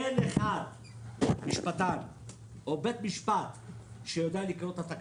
אין משפטן אחד או בית משפט אחד שיודע לקרוא את התקנה.